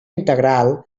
integral